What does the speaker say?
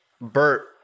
Bert